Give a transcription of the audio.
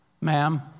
ma'am